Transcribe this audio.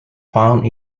found